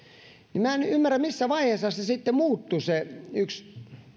niin minä en ymmärrä missä vaiheessa se yksi